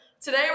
today